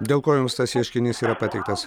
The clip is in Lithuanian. dėl ko jums tas ieškinys yra pateiktas